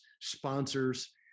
sponsors